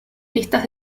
listas